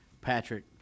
Patrick